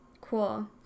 cool